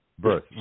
Birth